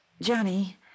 Johnny